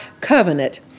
covenant